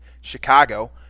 Chicago